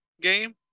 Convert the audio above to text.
game